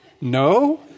No